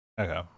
Okay